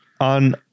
on